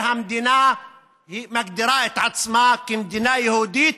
המדינה מגדירה את עצמה כמדינה יהודית,